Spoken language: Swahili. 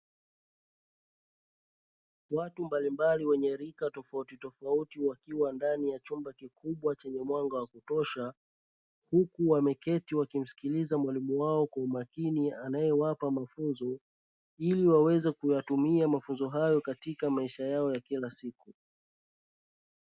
Watu mbalimbali wenye rika tofautitofauti wakiwa ndani ya chumba kikubwa chenye mwanga wa kutosha, huku wameketi walimsikiliza mwalimu wao kwa makini anayewapa mafunzo, ili waweze kuyatumia mafunzo hayo katika maisha yao ya kila siku.